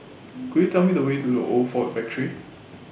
Could YOU Tell Me The Way to The Old Ford Factory